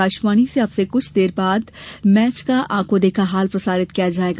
आकाशवाणी से अब से कुछ देर बाद से मैच का आंखों देखा हाल प्रसारित किया जाएगा